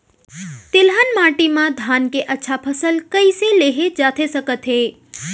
तिलहन माटी मा धान के अच्छा फसल कइसे लेहे जाथे सकत हे?